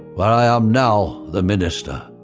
where i am now the minister.